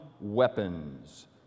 weapons